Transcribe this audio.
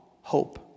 hope